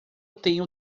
tenho